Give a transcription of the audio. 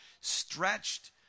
stretched